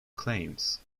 claims